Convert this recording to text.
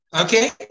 Okay